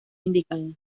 indicada